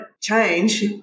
change